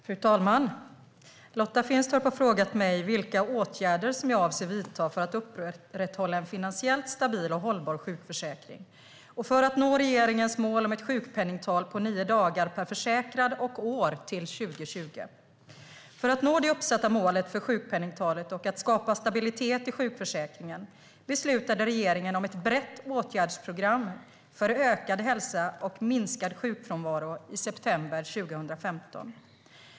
Fru talman! Lotta Finstorp har frågat mig vilka åtgärder jag avser att vidta för att upprätthålla en finansiellt stabil och hållbar sjukförsäkring och för att nå regeringens mål om ett sjukpenningtal på nio dagar per försäkrad och år till 2020. För att nå det uppsatta målet för sjukpenningtalet och skapa stabilitet i sjukförsäkringen beslutade regeringen om ett brett åtgärdsprogram för ökad hälsa och minskad sjukfrånvaro i september 2015.